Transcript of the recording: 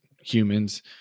humans